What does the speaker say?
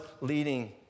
leading